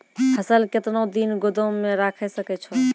फसल केतना दिन गोदाम मे राखै सकै छौ?